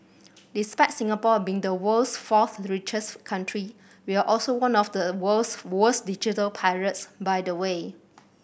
despite Singapore being the world's fourth richest country we're also one of the world's worst digital pirates by the way